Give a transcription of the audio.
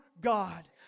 God